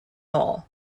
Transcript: all